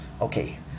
Okay